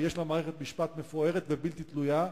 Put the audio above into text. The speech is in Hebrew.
ויש לה מערכת משפט מפוארת ובלתי תלויה.